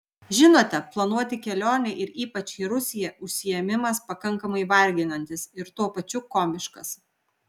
žinote planuoti kelionę ir ypač į rusiją užsiėmimas pakankamai varginantis ir tuo pačiu komiškas